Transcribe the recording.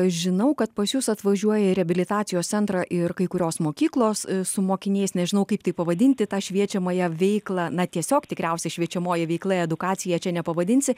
aš žinau kad pas jus atvažiuoja į reabilitacijos centrą ir kai kurios mokyklos su mokiniais nežinau kaip tai pavadinti tą šviečiamąją veiklą na tiesiog tikriausiai šviečiamoji veikla edukacija čia nepavadinsi